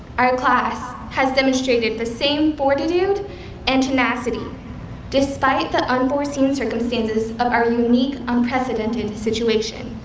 our class has demonstrated the same fortitude and tenacity despite the unforeseen circumstances of our unique, unprecedented situation.